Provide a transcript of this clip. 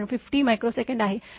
2×50 μs आहे